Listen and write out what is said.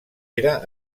era